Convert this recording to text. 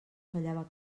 fallava